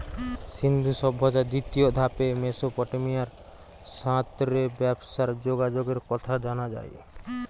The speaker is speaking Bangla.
সিন্ধু সভ্যতার দ্বিতীয় ধাপে মেসোপটেমিয়ার সাথ রে ব্যবসার যোগাযোগের কথা জানা যায়